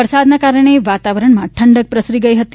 વરસાદને કારણે વાતાવરણમાં ઠંડક પ્રસરી ગઈ હતી